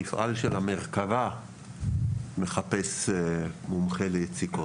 המפעל של המרכבה מחפש מומחה ליציקות.